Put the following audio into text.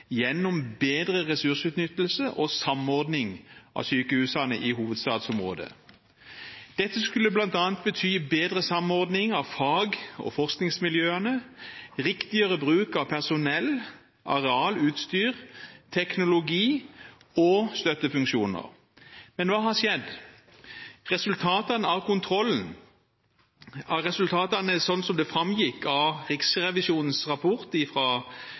gjennom bedre ressursutnyttelse og samordning av sykehusene i hovedstadsområdet. Dette skulle bl.a. bety bedre samordning av fag- og forskningsmiljøene, riktigere bruk av personell, areal, utstyr, teknologi og støttefunksjoner. Men hva har skjedd? Resultatene av kontrollen, som det framgikk av Riksrevisjonens rapport